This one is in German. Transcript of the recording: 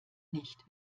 nicht